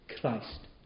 Christ